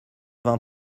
vingt